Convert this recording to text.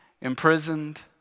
imprisoned